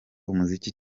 umuziki